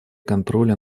контроля